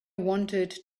wanted